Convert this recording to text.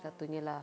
satunya lah